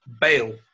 bail